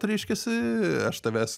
reiškiasi aš tavęs